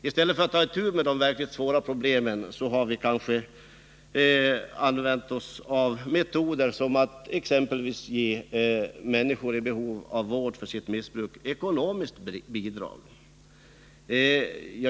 I stället för att ta itu med de verkligt svåra problemen har vi kanske använt oss av metoden att ge människor i behov av vård för sitt missbruk ekonomiska bidrag.